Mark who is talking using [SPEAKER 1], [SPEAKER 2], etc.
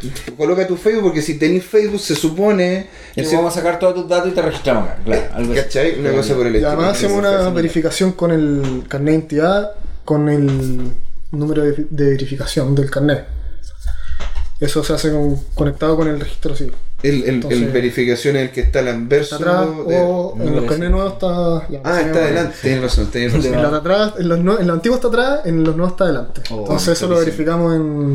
[SPEAKER 1] Coloca tu Facebook, porque si tenés Facebook, se supone-
[SPEAKER 2] Y
[SPEAKER 1] y
[SPEAKER 2] le
[SPEAKER 1] si-
[SPEAKER 2] vamos a sacar todos tus datos y te registramos acá, claro,
[SPEAKER 1] Eh,
[SPEAKER 2] algo así.
[SPEAKER 1] ¿cachai? Una
[SPEAKER 2] Ya,
[SPEAKER 1] cosa
[SPEAKER 2] ya.
[SPEAKER 1] por el
[SPEAKER 3] Y
[SPEAKER 1] estilo.
[SPEAKER 3] además hacemos una
[SPEAKER 1] Sí, sí, sí.
[SPEAKER 3] verificación con el carnet de identidad, con el número de- de verificación del carnet. Eso se hace con- conectado con el registro civil.
[SPEAKER 1] El- el- el
[SPEAKER 3] Entonces-
[SPEAKER 1] verificación en el que está el anverso
[SPEAKER 3] está atrás,
[SPEAKER 1] de-
[SPEAKER 3] o
[SPEAKER 1] ¿No?
[SPEAKER 3] en los
[SPEAKER 1] ¿No?
[SPEAKER 3] carnés nuevos está- ya,
[SPEAKER 1] Ah,
[SPEAKER 3] tenemos
[SPEAKER 1] está
[SPEAKER 3] el-
[SPEAKER 1] adelante, tenés razón, tenés razón.
[SPEAKER 3] en la de atrás, en los nue- en los antiguos está atrás, en los nuevos está adelante.
[SPEAKER 1] Oh,
[SPEAKER 3] Entonces,
[SPEAKER 1] me
[SPEAKER 3] eso lo
[SPEAKER 1] parece bien.
[SPEAKER 3] verificamos en-